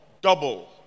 double